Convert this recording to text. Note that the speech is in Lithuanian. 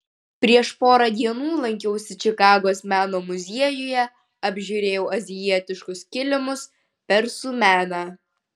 prieš porą dienų lankiausi čikagos meno muziejuje apžiūrėjau azijietiškus kilimus persų meną